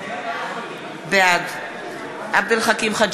בעד משה גפני,